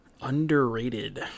Underrated